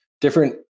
different